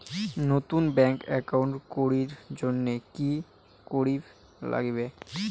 নতুন bank account করির জন্যে কি করিব নাগিবে?